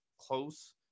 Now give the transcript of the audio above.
close